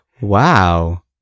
wow